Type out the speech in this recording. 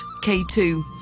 K2